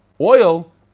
oil